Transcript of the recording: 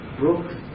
brooks